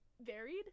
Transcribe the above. varied